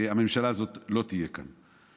הממשלה הזאת לא תהיה כאן.